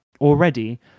already